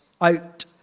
out